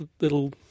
little